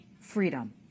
Freedom